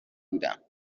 بودم